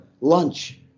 lunch